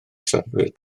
siaradwyr